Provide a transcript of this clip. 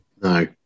No